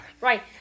Right